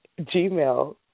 Gmail